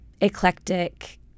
eclectic